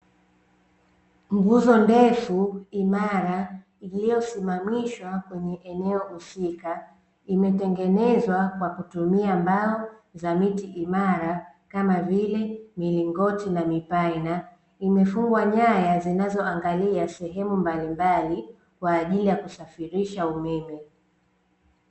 Nguzo ndefu imara iliyosimamishwa kwenye eneo husika imetengenezwa kwa kutumia mbao za miti imara kama vile milingoti na mipaina imefungwa nyaya zinazoangalia sehemu mbalimbali kwa ajili ya kusafirisha umeme.